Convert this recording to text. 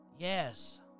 Yes